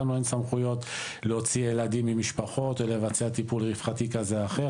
לנו אין סמכויות להוציא ילדים ממשפחות או לבצע טיפול רווחתי כזה או אחר,